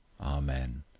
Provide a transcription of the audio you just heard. Amen